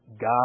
God